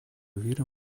верим